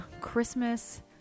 Christmas